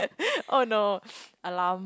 oh no alarm